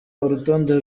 urutonde